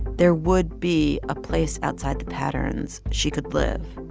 there would be a place outside the patterns she could live.